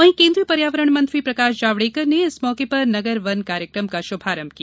वहीं केन्द्रीय पर्यावरण मंत्री प्रकाश जावड़ेकर ने इस मौके पर नगर वन कार्यक्रम का श्भारंभ किया